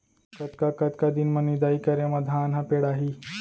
कतका कतका दिन म निदाई करे म धान ह पेड़ाही?